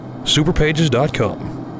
superpages.com